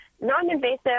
non-invasive